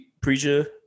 preacher